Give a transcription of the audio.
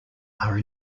are